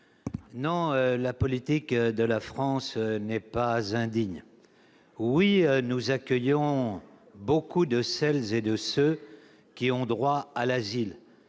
la politique de la France n'est pas indigne. Oui, nous accueillons beaucoup de celles et de ceux qui ont droit à l'asile.